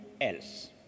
else